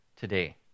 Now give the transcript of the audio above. Today